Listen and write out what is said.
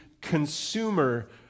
consumer